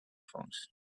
phones